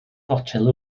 fotel